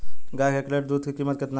गाय के एक लीटर दूध कीमत केतना बा?